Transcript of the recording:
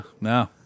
No